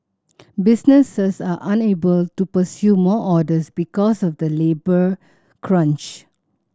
businesses are unable to pursue more orders because of the labour crunch